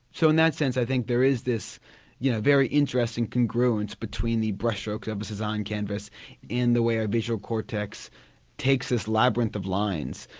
so in that sense i think there is this you know very interesting congruence between the brush strokes of a cezanne canvas and the way our visual cortex takes this labyrinth of lines,